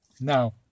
now